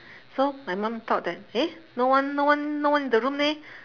so my mum thought that eh no one no one no one in the room leh